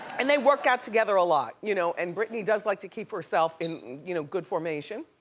and they work out together a lot. you know and britney does like to keep herself in you know good formation.